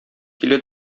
килә